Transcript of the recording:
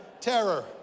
terror